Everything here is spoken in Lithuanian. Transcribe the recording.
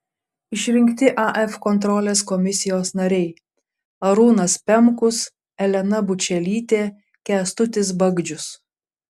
išrinkti af kontrolės komisijos nariai arūnas pemkus elena bučelytė kęstutis bagdžius